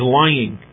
lying